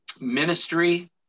Ministry